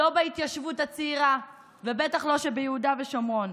לא בהתיישבות הצעירה, ובטח שלא ביהודה ושומרון.